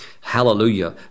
Hallelujah